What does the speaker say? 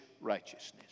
righteousness